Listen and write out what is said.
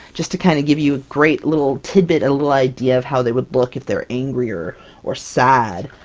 just to kind of give you a great little tidbit. a little idea of how they would look if they're angrier or sad,